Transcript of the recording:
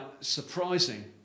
surprising